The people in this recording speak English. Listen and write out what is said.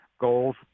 goals